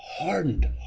Hardened